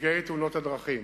לנפגעי תאונות דרכים.